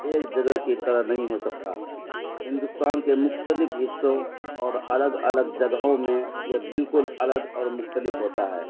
ایک جگہ کی طرح نہیں ہو سکتا ہندوستان کے مختلف حصوں اور الگ الگ جگہوں میں یہ بالکل الگ اور مختلف ہوتا ہے